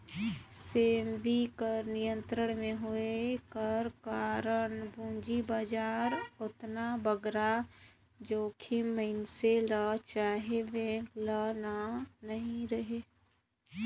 सेबी कर नियंत्रन में होए कर कारन पूंजी बजार में ओतना बगरा जोखिम मइनसे ल चहे बेंक ल नी रहें